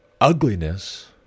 ugliness